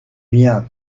bien